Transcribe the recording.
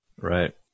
Right